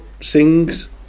Sings